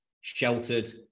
sheltered